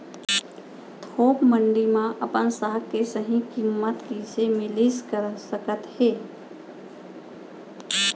थोक मंडी में अपन साग के सही किम्मत कइसे मिलिस सकत हे?